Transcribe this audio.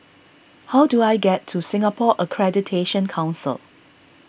how do I get to Singapore Accreditation Council